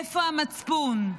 איפה המצפון?